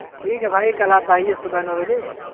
ٹھیک ہے بھائی کل آپ آئیے صبح نو بجے